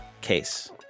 case